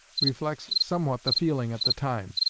reflects somewhat the feeling at the time.